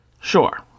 Sure